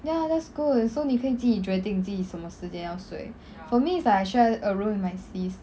ya that's good so 你可以自己决定自己什么时间要睡 for me is like I share a room with my sis